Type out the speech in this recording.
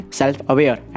self-aware